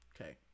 Okay